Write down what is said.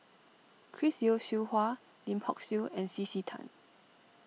Chris Yeo Siew Hua Lim Hock Siew and C C Tan